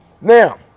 Now